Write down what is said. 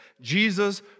Jesus